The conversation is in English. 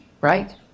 Right